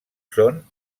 són